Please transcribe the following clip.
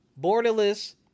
borderless